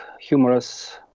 humorous